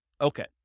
Okay